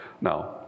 Now